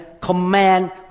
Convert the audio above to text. command